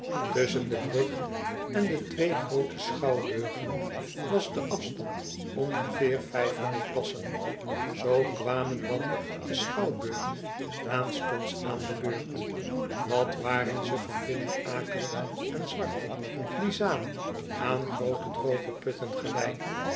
tusschen de brug en de twee groote schouwburgen was de afstand ongeveer vijfhonderd passen zoo kwamen dan de schouwburgen aanstonds aan de beurt wat waren ze van binnen akelig en zwart die zalen aan groote droge putten gelijk